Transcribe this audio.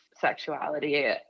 sexuality